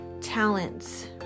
talents